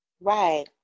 right